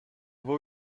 vou